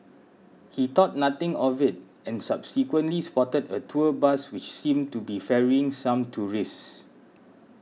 he thought nothing of it and subsequently spotted a tour bus which seemed to be ferrying some tourists